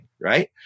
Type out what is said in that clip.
right